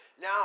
Now